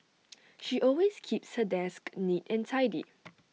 she always keeps her desk neat and tidy